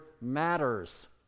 matters